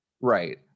Right